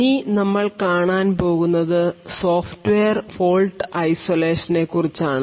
ഇനി നമ്മൾ കാണാൻ പോകുന്നത് സോഫ്റ്റ്വെയർ ഫോൾട്ട് ഐസോലേഷൻ നെ കുറിച്ചാണ്